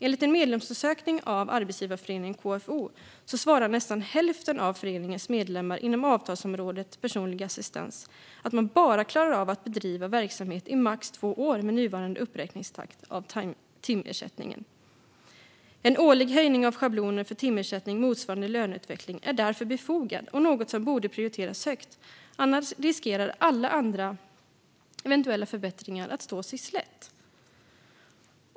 Enligt en medlemsundersökning av Arbetsgivarföreningen KFO svarar nästan hälften av föreningens medlemmar inom avtalsområdet personlig assistans att de bara klarar av att bedriva verksamheten i max två år med nuvarande uppräkningstakt av timersättningen. En årlig höjning av schablonen för timersättningen motsvarande löneutvecklingen är därför befogad och något som borde prioriteras högt, annars riskerar alla andra eventuella förbättringar stå sig slätt.